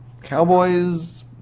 Cowboys